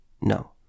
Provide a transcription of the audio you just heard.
No